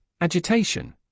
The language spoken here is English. agitation